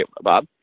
Bob